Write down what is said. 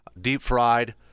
deep-fried